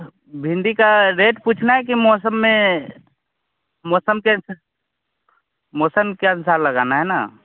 भिंडी का रेट पूछना है की मौसम में मौसम के मौसम के अनुसार लगाना है ना